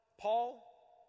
Paul